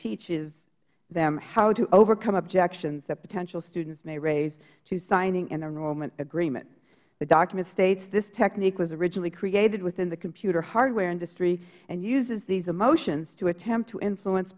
teaches them how to overcome objections that potential students may raise to signing an enrollment agreement the document states this technique was originally created within the computer hardware industry and uses these emotions to attempt to influence